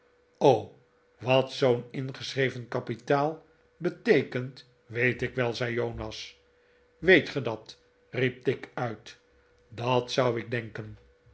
wat zoo'n ingeschreven kapitaal beteekent weet ik wel zei jonas weet ge dat riep tigg uit t dat zou ik denken